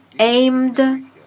aimed